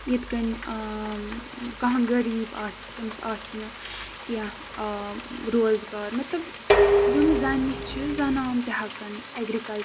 یِتھ کٔنۍ کانہہ غریٖب آسہِ تٔمِس آسہِ نہٕ کیٚنٛہہ آ روزگار مطلب یِم زَن یہِ چھِ زَنانہٕ تہِ ہٮ۪کن اٮ۪گرِکَلچر